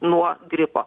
nuo gripo